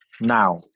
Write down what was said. now